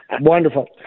Wonderful